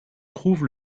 trouve